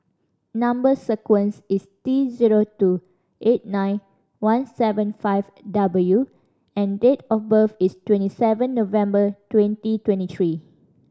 number sequence is T zero two eight nine one seven five W and date of birth is twenty seven November twenty twenty three